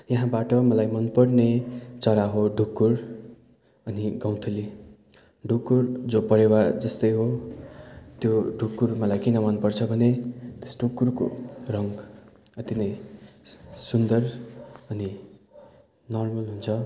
यहाँबाट मलाई मनपर्ने चरा हो ढुकुर अनि गौँथली अनि ढुकुर जो परेवा जस्तै हो त्यो ढुकुर मलाई कुन मनपर्छ भने त्यस ढुकुरको रङ अति नै सुन्दर अनि नर्मल हुन्छ